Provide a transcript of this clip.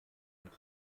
und